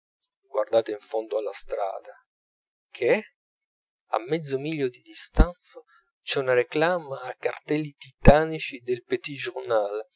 guardate in fondo alla strada che a mezzo miglio di distanza c'è una réclame a caratteri titanici del petit